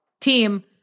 team